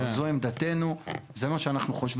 אבל זו עמדתנו, זה מה שאנחנו חושבים.